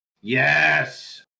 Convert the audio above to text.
Yes